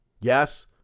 Yes